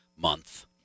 Month